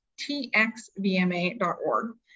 txvma.org